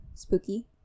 spooky